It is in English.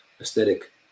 aesthetic